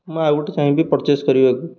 ମୁଁ ଆଉ ଗୋଟେ ଚାହିଁବି ପରଚେଜ୍ କରିବାକୁ